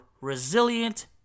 resilient